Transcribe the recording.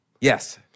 Yes